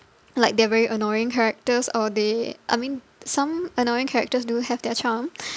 like they're very annoying characters or they I mean some annoying characters do have their charm